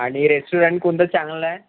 आणि रेस्टोरंट कोणतं चांगलं आहे